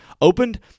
opened